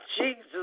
Jesus